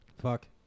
Fuck